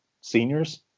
seniors